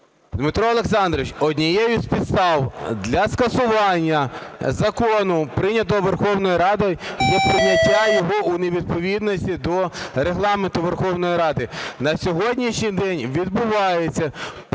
Дмитро Олександрович, однією з підстав для скасування закону, прийнятого Верховною Радою, є прийняття його у невідповідності до Регламенту Верховної Ради. На сьогоднішній день відбувається порушення